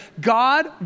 God